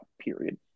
period